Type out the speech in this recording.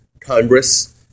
congress